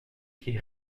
qui